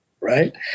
right